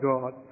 God